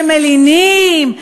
שמלינים,